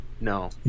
No